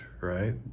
right